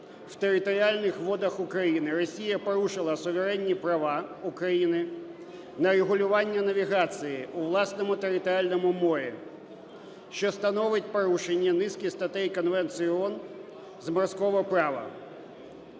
в територіальних водах України, Росія порушила суверенні права України на регулювання навігації у власному територіальному морі, що становить порушення низки статей Конвенції ООН з морського права.